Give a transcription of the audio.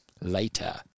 later